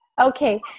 Okay